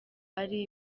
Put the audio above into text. ari